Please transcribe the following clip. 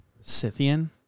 Scythian